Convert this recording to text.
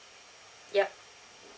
yup